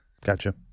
Gotcha